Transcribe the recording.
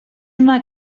una